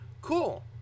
Cool